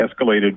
escalated